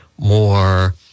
more